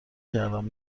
کردم